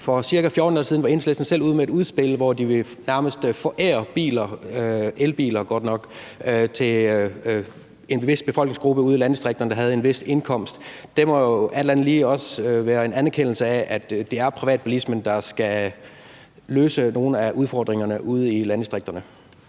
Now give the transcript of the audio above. For ca. 14 dage siden var Enhedslisten selv ude med et udspil, hvor de nærmest ville forære biler – godt nok elbiler – til en vis befolkningsgruppe ude i landdistrikterne med en vis indkomst. Det må jo alt andet lige også være en anerkendelse af, at det er privatbilismen, der skal løse nogle af udfordringerne ude i landdistrikterne.